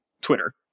Twitter